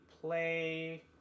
play